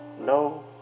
no